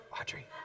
Audrey